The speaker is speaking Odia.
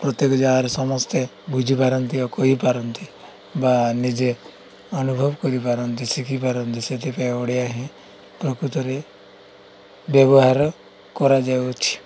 ପ୍ରତ୍ୟେକ ଜାଗାରେ ସମସ୍ତେ ବୁଝିପାରନ୍ତି ଓ କହିପାରନ୍ତି ବା ନିଜେ ଅନୁଭବ କରିପାରନ୍ତି ଶିଖିପାରନ୍ତି ସେଥିପାଇଁ ଓଡ଼ିଆ ହିଁ ପ୍ରକୃତରେ ବ୍ୟବହାର କରାଯାଉଅଛି